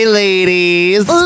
ladies